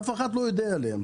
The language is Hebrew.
אף אחד לא יודע עליהם.